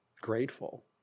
grateful